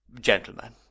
gentlemen